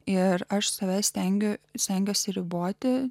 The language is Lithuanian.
ir aš savęs stengiuosi stengiuosi riboti